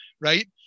right